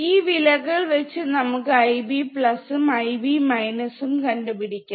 ഈ വിലകൾ വച്ച് നമുക്ക് Ib ഉം Ib ഉം കണ്ടുപിടിക്കാം